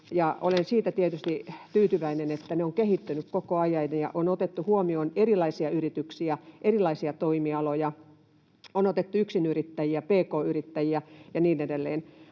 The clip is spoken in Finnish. olen siitä tietysti tyytyväinen, että ne ovat kehittyneet koko ajan ja on otettu huomioon erilaisia yrityksiä, erilaisia toimialoja, on otettu yksinyrittäjiä, pk-yrittäjiä ja niin edelleen